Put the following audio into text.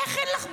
איך אין לך בושה?